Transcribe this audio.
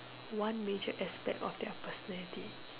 one major expect of their personality